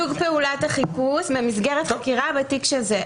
סוג פעולת החיפוש במסגרת חקירה בתיק כך וכך.